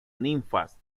ninfas